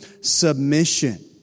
submission